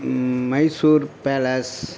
Mysore palace